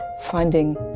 finding